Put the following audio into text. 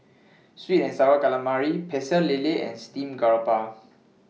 Sweet and Sour Calamari Pecel Lele and Steamed Garoupa